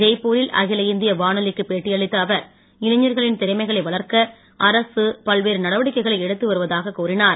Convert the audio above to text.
ஜெய்பூரில் அகில் இந்திய வானொலிக்க பேட்டியளித்த அவர் இளைஞர்களின் திறமைகளை வளர்க்க அரசு பல்வேறு நடவடிக்கைகளை எடுத்துவருவதாகக் கூறினார்